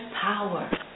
power